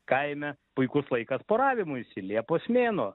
kaime puikus laikas poravimuisi liepos mėnuo